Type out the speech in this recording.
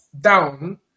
down